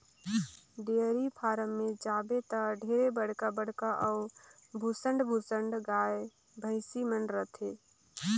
dairy farm में जाबे त ढेरे बड़खा बड़खा अउ भुसंड भुसंड गाय, भइसी मन रथे